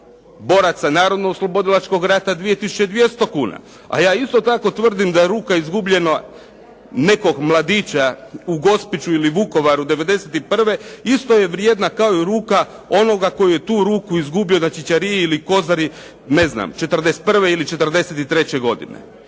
boraca Narodnooslobodilačkog rata 2 tisuće 200 kuna. A ja isto tako tvrdim da ruka izgubljena nekog mladića u Gospiću ili Vukovaru 91. isto je vrijedna kao i ruka onoga koji je tu ruku izgubio na Ćićariji ili Kozari 41. ili 43. godine.